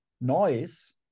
noise